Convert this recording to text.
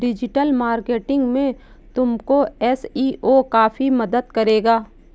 digital marketing में तुमको SEO काफी मदद करेगा